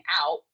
out